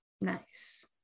nice